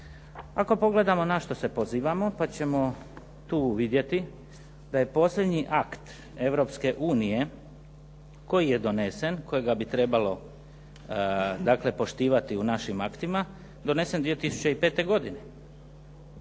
Ako pogledamo na što se pozivamo pa ćemo tu vidjeti da je posljednji akt Europske unije koji je donesen kojega bi trebalo dakle poštivati u našim aktima, donesen 2005. godine.